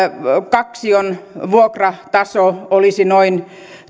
kaksion vuokrataso olisi noin